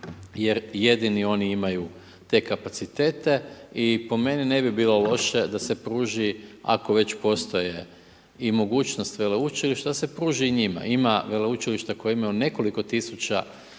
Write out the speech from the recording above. jer jedini oni imaju te kapacitete i po meni ne bilo loše da se pruži ako već postoje i mogućnost veleučilišta, da se pruži i njima. Ima veleučilišta koje imaju nekoliko tisuća